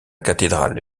cathédrale